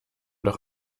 doch